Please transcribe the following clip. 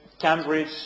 Cambridge